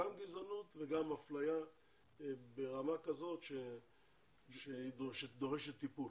גם גזענות וגם אפליה ברמה כזאת שהיא דורשת טיפול.